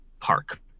park